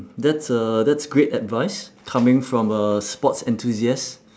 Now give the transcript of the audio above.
that's uh that's great advice coming from a sports enthusiast